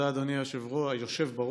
תודה, אדוני היושב בראש.